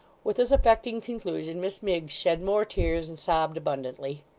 with this affecting conclusion, miss miggs shed more tears, and sobbed abundantly.